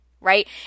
right